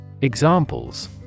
Examples